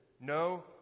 No